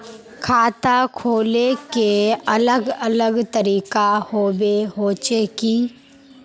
खाता खोले के अलग अलग तरीका होबे होचे की?